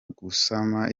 gusama